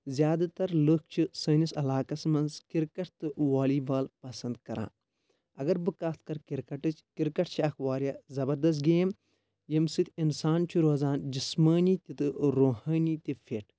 زیادٕ تر لٕکھ چھِ سٲنِس علاقس منٛز کِرکٹ تہٕ والی بال پسنٛد کران اگر بہٕ کَتھ کرٕ کِرکٹٕچ کِرکٹ چھِ اکھ واریاہ زبردست گیم ییٚمہِ سۭتۍ انسان چھُ روزان جسمٲنی تہٕ روحٲنی تہِ فِٹ